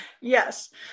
Yes